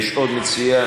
יש עוד מציע?